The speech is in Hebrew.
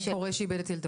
הורה שאיבד את ילדו.